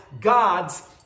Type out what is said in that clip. God's